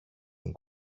την